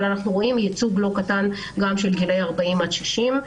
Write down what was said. אבל אנחנו רואים ייצוג לא קטן גם של גילאי 40 עד 60,